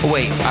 Wait